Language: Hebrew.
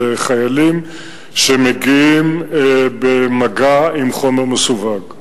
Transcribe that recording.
לחיילים שמגיעים למגע עם חומר מסווג.